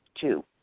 Two